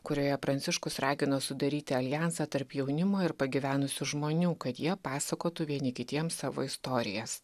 kurioje pranciškus ragino sudaryti aljansą tarp jaunimo ir pagyvenusių žmonių kad jie pasakotų vieni kitiems savo istorijas